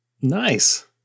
Nice